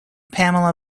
pamela